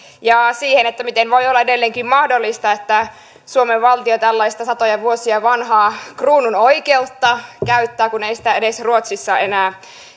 ja siihen miten voi olla edelleenkin mahdollista että suomen valtio tällaista satoja vuosia vanhaa kruununoikeutta käyttää kun ei sitä edes ruotsissa enää